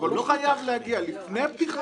אבל הוא חייב להגיע לפני פתיחת שעת הלימודים.